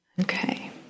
Okay